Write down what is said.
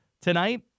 tonight